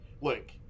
look